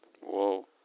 Whoa